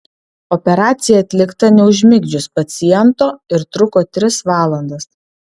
operacija atlikta neužmigdžius paciento ir truko tris valandas